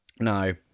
No